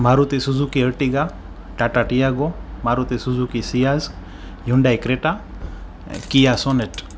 Maruti Suzuki Ertiga Tata Tiago Maruti Suzuki Ciaz Hyundai Creta Kia sonnet